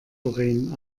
doreen